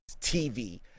TV